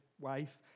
wife